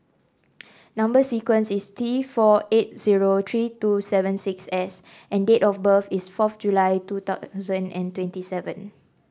number sequence is T four eight zero three seven two six S and date of birth is fourth July two thousand and twenty seven